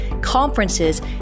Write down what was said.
conferences